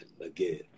again